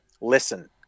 listen